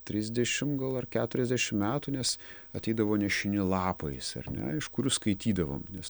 trisdešim gal ar keturiasdešim metų nes ateidavo nešini lapais ar ne iš kurių skaitydavom nes